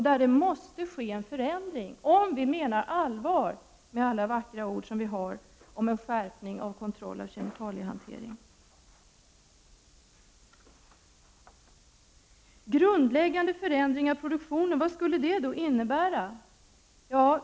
Det måste ske en förändring i detta sammanhang om vi menar allvar med alla vackra ord om en skärpning av kontrollen av kemikaliehanteringen. Vad skulle grundläggande förändringar av produktionen innebära?